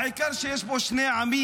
העיקר, שיש פה שני עמים.